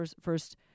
first